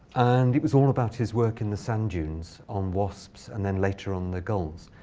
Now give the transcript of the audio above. and it was all about his work in the sand dunes on wasps and then, later, on the gulls.